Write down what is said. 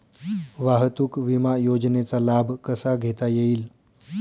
वाहतूक विमा योजनेचा लाभ कसा घेता येईल?